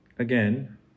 Again